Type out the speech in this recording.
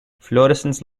fluorescence